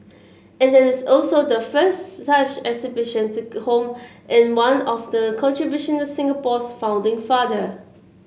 end it's also the first such exhibition to home in of the contributions of Singapore's founding father